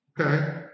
Okay